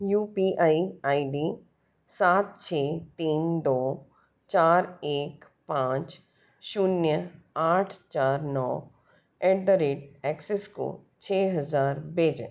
you P I I D सात छः तीन दो चार एक पाँच शून्य आठ चार नौ ऐट द रेट एक्सिस को छः हज़ार भेजें